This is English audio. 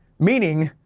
meaning,